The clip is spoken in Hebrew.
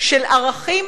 של ערכים